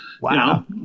Wow